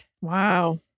Wow